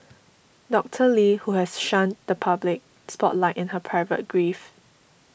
Doctor Lee who has shunned the public spotlight in her private grief